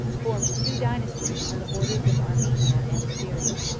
formed two dynasties on the borders of armenia and assyria.